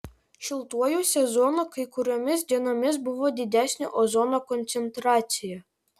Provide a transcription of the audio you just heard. šiltuoju sezonu kai kuriomis dienomis buvo didesnė ozono koncentracija